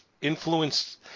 Influenced